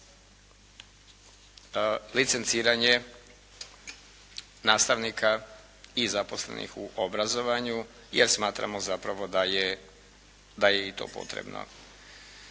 licenciranje nastavnika i zaposlenih u obrazovanju jer smatramo zapravo da je i to potrebno.